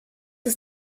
ist